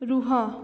ରୁହ